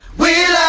we